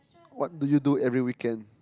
what do you do every weekend